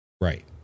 Right